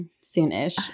soon-ish